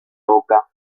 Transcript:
oca